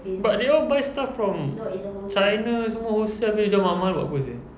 but they all buy stuff from china semua wholesale abeh jual mahal-mahal buat apa seh